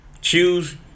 Choose